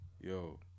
Yo